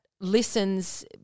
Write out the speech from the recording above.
listens